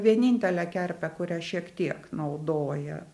vienintelę kerpe kurią šiek tiek naudoja